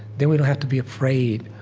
then we don't to be afraid